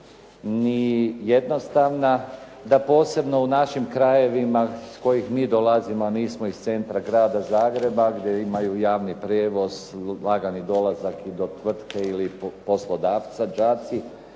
ni jednostavna, da posebno u našim krajevima iz kojih mi dolazimo a nismo iz centra grada Zagreba gdje imaju javni prijevoz, lagani dolazak do tvrtke ili poslodavca, da